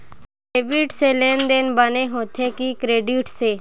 Debit से लेनदेन बने होथे कि क्रेडिट से?